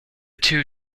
two